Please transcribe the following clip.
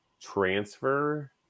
transfer